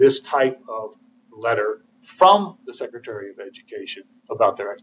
this type of letter from the secretary of education about the